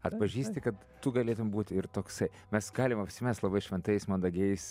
atpažįsti kad tu galėtum būt ir toksai mes galim apsimest labai šventais mandagiais